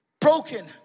broken